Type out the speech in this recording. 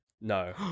No